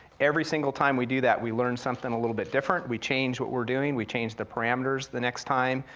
every single time we do that, we learn something a little bit different, we change what we're doing, we change the parameters the next time,